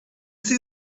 see